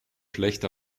schlecht